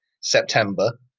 September